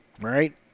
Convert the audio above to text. Right